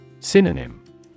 Synonym